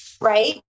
right